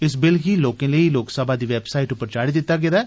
इस बिल गी लोकें लेई लोकसभा दी वैबसाईट पर चाढ़ी दिता गेदा ऐ